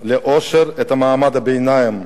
לעושר את מעמד הביניים,